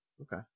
okay